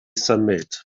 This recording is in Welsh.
symud